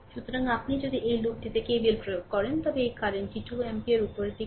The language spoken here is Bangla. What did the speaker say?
সুতরাং আপনি যদি এই লুপটিতে KVL প্রয়োগ করেন তবে এই কারেন্টটি 2 এম্পিয়ার উপরের দিকে